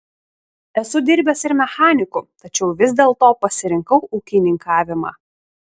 esu dirbęs ir mechaniku tačiau vis dėlto pasirinkau ūkininkavimą